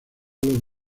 los